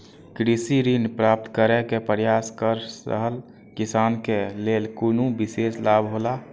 कृषि ऋण प्राप्त करे के प्रयास कर रहल किसान के लेल कुनु विशेष लाभ हौला?